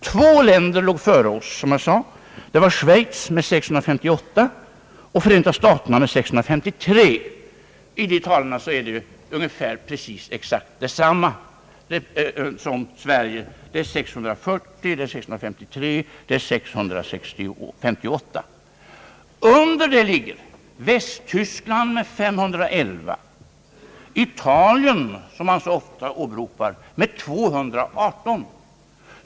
Två länder låg före oss, som jag sade, nämligen Schweiz med 658 och Förenta staterna med 653, alltså nästan precis samma siffror som för Sverige. Därunder ligger Västtyskland med 511 och Italien, som man så ofta åberopar, med 218!